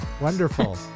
wonderful